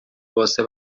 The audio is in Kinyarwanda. bose